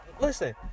listen